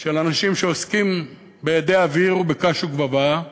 של אנשים שעוסקים באדי אוויר ובקש וגבבה,